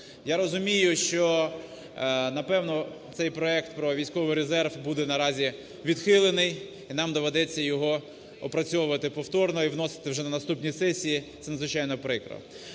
Я розумію, що, напевно, цей проект про військовий резерв буде наразі відхилений, і нам доведеться його опрацьовувати повторно і вносити вже на наступній сесії, це надзвичайно прикро.